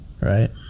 right